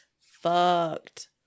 fucked